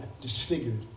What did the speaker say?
disfigured